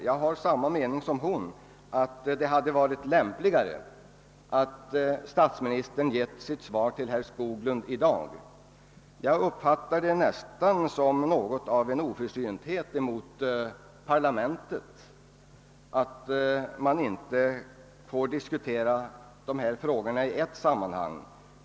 Jag har samma uppfattning som hon, att det varit lämpligare att statsministern gett sitt svar till herr Skoglund i dag. Jag uppfattar det nästan som en oförsynthet mot vårt parlament att vi inte får diskutera dessa frågor i ett sammanhang.